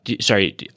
sorry